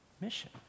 mission